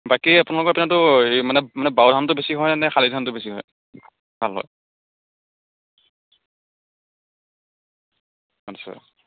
বাকী আপোনালোকৰ এই পিনেটো এই মানে মানে বাও ধানটো বেছি হয় নে শালি ধানটো বেছি হয় ভাল হয় আচ্ছা